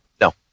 No